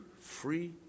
free